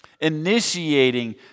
Initiating